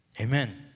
Amen